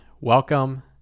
Welcome